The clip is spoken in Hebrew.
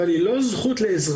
אבל היא לא זכות לאזרחות.